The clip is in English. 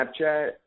Snapchat